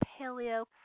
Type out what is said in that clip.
paleo